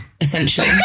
essentially